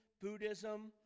Buddhism